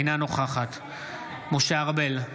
אינה נוכחת משה ארבל,